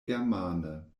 germane